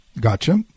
Gotcha